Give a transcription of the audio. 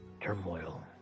turmoil